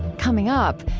coming up,